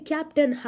Captain